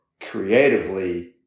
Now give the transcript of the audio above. creatively